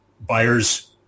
buyers